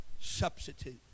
Substitute